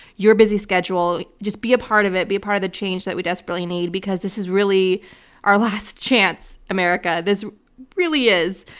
your busy schedule. just be a part of it, be a part of the change that we desperately need, because this is really our last chance, america. this really is.